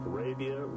Arabia